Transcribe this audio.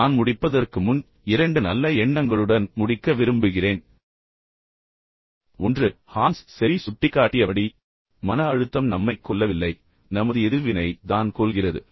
நான் முடிப்பதற்கு முன் இரண்டு நல்ல எண்ணங்களுடன் முடிக்க விரும்புகிறேன் ஒன்று ஹான்ஸ் செலி சுட்டிக்காட்டியபடி மன அழுத்தம் நம்மைக் கொல்லவில்லை நமது எதிர்வினை தான் கொள்கிறது